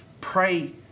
Pray